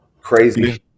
Crazy